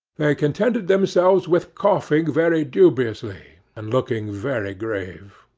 contented themselves with coughing very dubiously, and looking very grave.